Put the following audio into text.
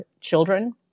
children